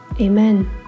amen